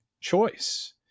choice